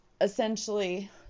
essentially